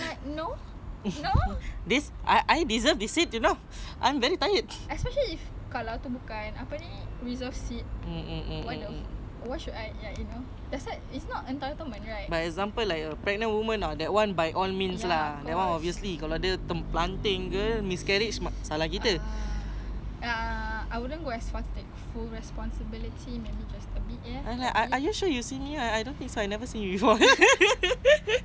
that [one] obviously kalau dia miscarriage salah kita are you sure you seen me I don't think so I never see you before excuse you other people is sitting down why you don't want to target them exactly